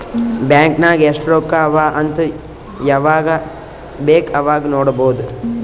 bank ನಾಗ್ ಎಸ್ಟ್ ರೊಕ್ಕಾ ಅವಾ ಅಂತ್ ಯವಾಗ ಬೇಕ್ ಅವಾಗ ನೋಡಬೋದ್